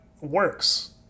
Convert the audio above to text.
works